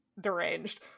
deranged